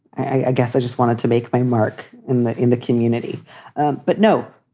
i guess i just wanted to make my mark in the in the community but no,